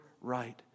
right